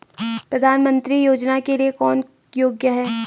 प्रधानमंत्री योजना के लिए कौन योग्य है?